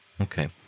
okay